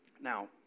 Now